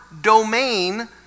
domain